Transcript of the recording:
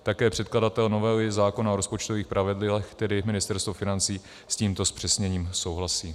Také předkladatel novely zákona o rozpočtových pravidlech, tedy Ministerstvo financí, s tímto zpřesněním souhlasí.